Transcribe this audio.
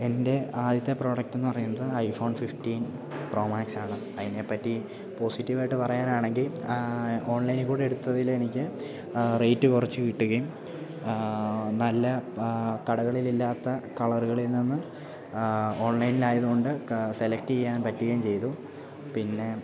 എൻ്റെ ആദ്യത്തെ പ്രോഡക്റ്റ് എന്നു പറയുന്നത് iPhone fifteen pro max ആണ് അതിനെ പറ്റി പോസിറ്റീവ് ആയിട്ട് പറയാനാണെങ്കിൽ ഓൺലൈനിൽ കൂടെ എടുത്തതിൽ എനിക്ക് റേറ്റ് കുറച്ചു കിട്ടുകയും നല്ല കടകളിൽ ഇല്ലാത്ത കളറുകളിൽ നിന്ന് ഓൺലൈനിൽ ആയത് കൊണ്ട് സെലക്റ്റ് ചെയ്യാൻ പറ്റുകയും ചെയ്തു പിന്നെ